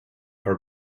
our